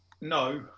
No